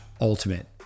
ultimate